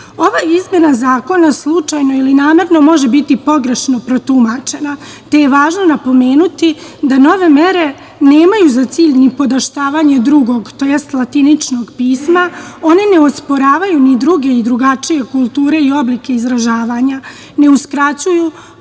izmena zakona slučajno ili namerno može biti pogrešno protumačena, te je važno napomenuti da nove mere nemaju za cilj ni podoštavanje drugog, tj. latiničnog pisma, oni ne osporavaju ni druge i drugačije kulture i oblike izražavanja, ne uskraćuju